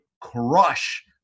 crush